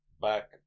back